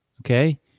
okay